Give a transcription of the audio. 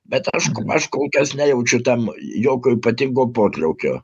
bet aš aš kol kas nejaučiu tam jokio ypatingo potraukio